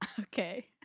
Okay